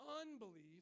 unbelief